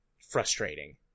frustrating